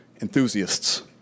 enthusiasts